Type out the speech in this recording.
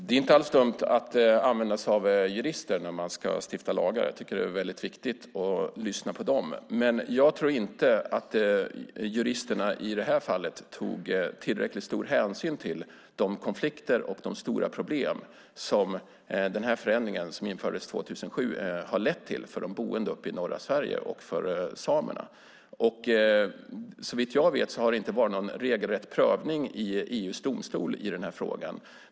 Fru talman! Det är viktigt att lyssna på jurister när man ska stifta lagar, men i detta fall tog juristerna inte tillräckligt stor hänsyn till de konflikter och problem som förändringen 2007 ledde till för de boende i norra Sverige, inklusive samerna. Såvitt jag vet har det inte varit någon regelrätt prövning i EU:s domstol i denna fråga.